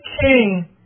king